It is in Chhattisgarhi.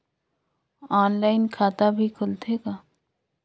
ऑनलाइन खाता भी खुलथे का?